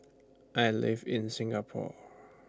I live in Singapore